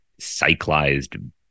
cyclized